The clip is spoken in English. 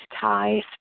ties